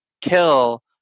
kill